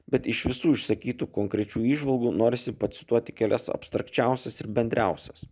bet iš visų išsakytų konkrečių įžvalgų norisi pacituoti kelias abstrakčiausias ir bendriausias